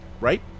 Right